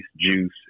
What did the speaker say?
juice